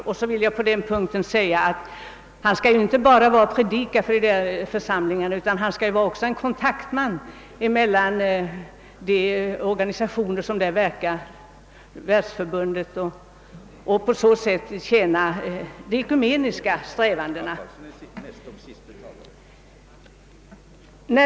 På den punkten vill jag också säga, att prästen inte bara skall predika för församlingen, utan han skall också vara en kontaktman mellan de organisationer som verkar där, Lutherska värdsförbundet etc., och på så sätt tjäna de ekumeniska strävandena.